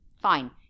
fine